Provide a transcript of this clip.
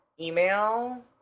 email